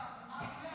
אדוני היושב-ראש,